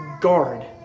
guard